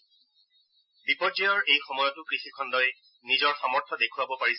তেওঁ কয় যে বিপৰ্যয়ৰ এই সময়তো কৃষি খণ্টই নিজৰ সামৰ্থ দেখুৱাব পাৰিছে